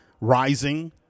rising